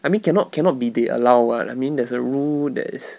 I mean cannot cannot be they allow [what] I mean there's a rule that is